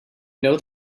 know